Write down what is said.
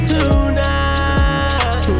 Tonight